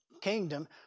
kingdom